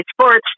sports